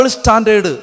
standard